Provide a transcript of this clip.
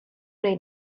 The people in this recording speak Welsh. wnei